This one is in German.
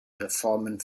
reformen